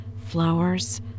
flowers